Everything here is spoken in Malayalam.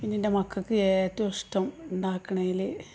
പിന്നെ എൻ്റെ മക്കൾക്ക് ഏറ്റവും ഇഷ്ടം ഉണ്ടാക്കണേല്